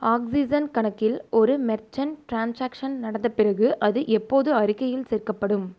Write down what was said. oxygen கணக்கில் ஒரு merchant transaction நடந்த பிறகு அது எப்போது அறிக்கையில் சேர்க்கப்படும்